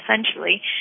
essentially